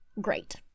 Great